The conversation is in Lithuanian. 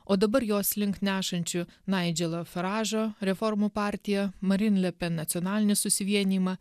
o dabar jos link nešančių naidželą faradžo reformų partija marin le pen nacionalinį susivienijimą